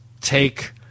take